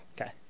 Okay